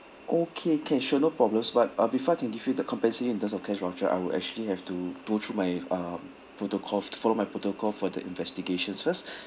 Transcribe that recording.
okay can sure no problems but uh before I can give you the compensation in terms of cash voucher I will actually have to go through my um protocols to follow my protocol for the investigations first